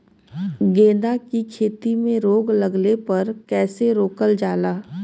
गेंदा की खेती में रोग लगने पर कैसे रोकल जाला?